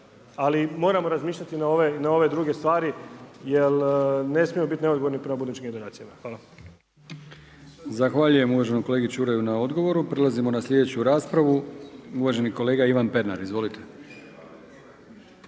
ali moramo razmišljati na ove druge stvari jer ne smijemo biti neodgovorni prema budućim generacijama. Hvala. **Brkić, Milijan (HDZ)** Zahvaljujem uvaženom kolegi Čuraju na odgovoru. Prelazimo na slijedeću raspravu, uvaženi kolega Ivan Pernar. Izvolite.